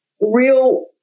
Real